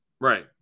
Right